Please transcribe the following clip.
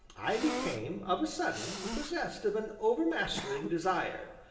i became, of a sudden, possessed of an overmastering desire,